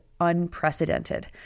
unprecedented